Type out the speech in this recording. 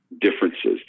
differences